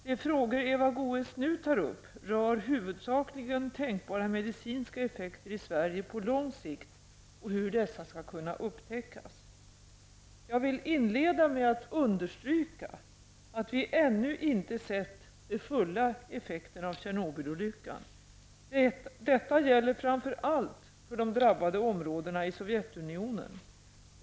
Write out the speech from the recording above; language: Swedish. De frågor Eva Goe s nu tar upp rör huvudsakligen tänkbara medicinska effekter i Sverige på lång sikt och hur dessa skall kunna upptäckas. Jag vill inleda med att understryka att vi ännu inte sett de fulla effekterna av Tjernobylolyckan. Detta gäller framför allt de drabbade områdena i Sovjetunionen.